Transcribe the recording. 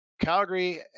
Calgary